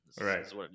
Right